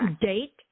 date